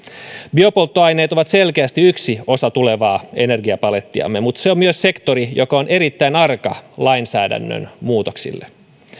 biopolttoaineet ovat selkeästi yksi osa tulevaa energiapalettiamme mutta se on myös sektori joka on erittäin arka lainsäädännön muutoksille